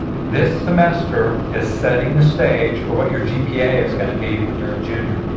this semester is setting the stage for what your gpa is gonna be when you're a junior.